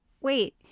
Wait